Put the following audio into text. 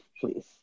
Please